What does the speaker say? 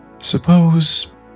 Suppose